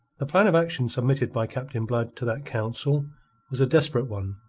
the plan of action submitted by captain blood to that council was a desperate one,